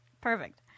Perfect